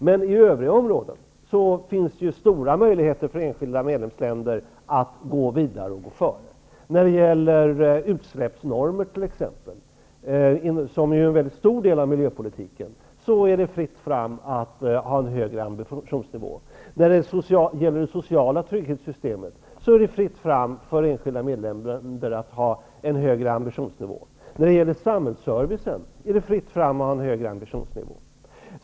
Men i övriga områden finns stora möjligheter för enskilda medlemsländer att gå vidare och gå före. När det gäller utsläppsnormer, som ju utgör en väldigt stor del av miljöpolitiken, är det fritt fram att ha en högre ambitionsnivå som mål. Likaså är det i fråga om det sociala trygghetssystemet fritt fram för enskilda medlemsländer att ha en högre ambitionsnivå. När det gäller samhällsservicen är det också fritt fram att ha en högre ambitionsnivå.